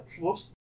Whoops